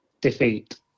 defeat